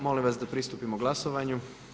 Molim vas da pristupimo glasovanju.